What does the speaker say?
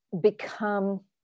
become